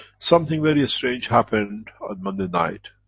something very strange happened on monday night,